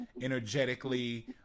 energetically